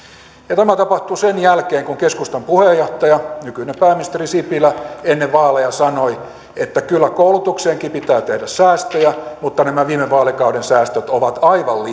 ja tämä tapahtuu sen jälkeen kun keskustan puheenjohtaja nykyinen pääministeri sipilä ennen vaaleja sanoi että kyllä koulutukseenkin pitää tehdä säästöjä mutta nämä viime vaalikauden säästöt ovat aivan